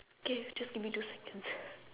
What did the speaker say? K just give me two seconds